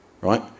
right